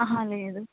లేదు